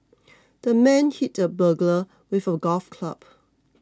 the man hit the burglar with a golf club